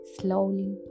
slowly